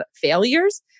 failures